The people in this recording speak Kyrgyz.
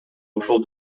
ошол